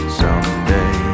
someday